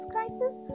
crisis